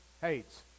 Hates